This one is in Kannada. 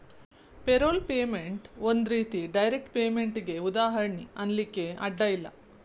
ಪೇರೊಲ್ಪೇಮೆನ್ಟ್ ಒಂದ್ ರೇತಿ ಡೈರೆಕ್ಟ್ ಪೇಮೆನ್ಟಿಗೆ ಉದಾಹರ್ಣಿ ಅನ್ಲಿಕ್ಕೆ ಅಡ್ಡ ಇಲ್ಲ